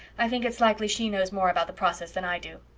i think it's likely she knows more about the process than i do.